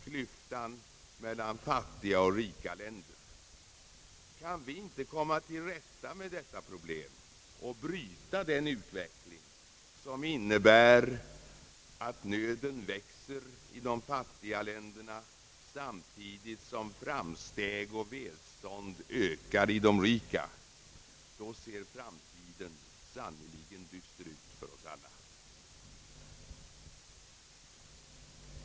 Kan vi inte komma till rätta med detta problem, klyftan mellan fattiga och rika länder, och bryta den utveckling som innebär att nöden växer i de fattiga länderna, samtidigt som framsteg och välstånd ökar i de rika länderna, ser framtiden sannerligen dyster ut för oss alla.